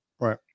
Right